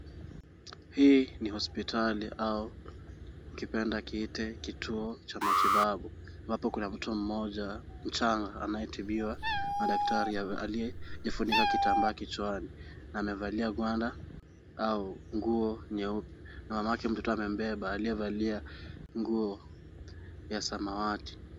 Hii ni hospitali au ukipenda kiite kituo cha matibabu. Ambapo kuna mtoto mmoja mchanga anayetibiwa na daktari aliyejifunika kitambaa kichwani na mevalia gwanda au nguo nyeupe. Mamake mtoto amembeba aliyevalia nguo ya samawati.